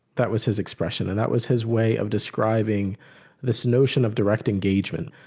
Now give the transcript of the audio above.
that was his expression and that was his way of describing this notion of direct engagement.